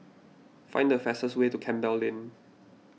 find the fastest way to Campbell Lane